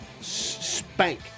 spank